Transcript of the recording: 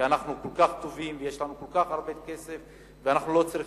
כי אנחנו כל כך טובים ויש לנו כל כך הרבה כסף ואנחנו לא צריכים.